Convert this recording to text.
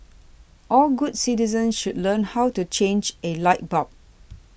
all good citizens should learn how to change a light bulb